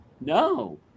No